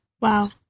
Wow